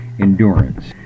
Endurance